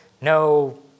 no